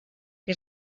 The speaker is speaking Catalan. que